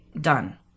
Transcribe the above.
done